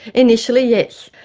initially, yes.